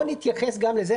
בואו נתייחס גם זה.